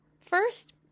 First